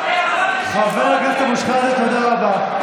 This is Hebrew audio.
חבר הכנסת אבו שחאדה, תודה רבה.